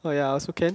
oh ya also can